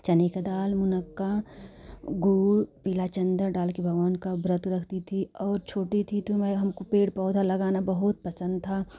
चने का दाल मुनक्का गुड़ पीला चंदा डालकर बनाने का व्रत रखती थी और छोटी थी तो हमको पेड़ पौधा लगाना बहुत पसंद था